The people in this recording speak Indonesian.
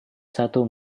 satu